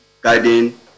guiding